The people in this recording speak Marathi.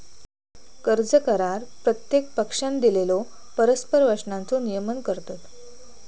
कर्ज करार प्रत्येक पक्षानं दिलेल्यो परस्पर वचनांचो नियमन करतत